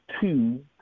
two